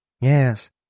Yes